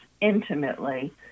intimately